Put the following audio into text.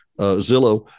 Zillow